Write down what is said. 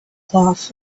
cloth